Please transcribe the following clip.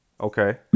okay